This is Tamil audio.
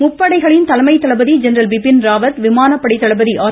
முப்படைகளின் தலைமை தளபதி ஜெனரல் பிபின் ராவத் விமானப்படை தளபதி ஆர்